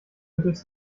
mittels